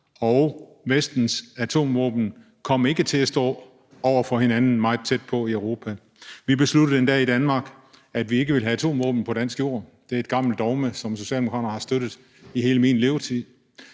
og Vestens atomvåben ikke kom til at stå over for hinanden meget tæt på Europa. Vi besluttede endda i Danmark, at vi ikke ville have atomvåben på dansk jord. Det er et gammelt dogme, som Socialdemokraterne har støttet i hele min levetid.